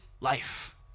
life